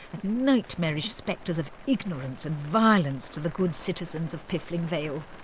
and nightmarish spectres of ignorance and violence to the good citizens of piffling vale.